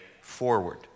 forward